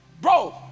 bro